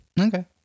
Okay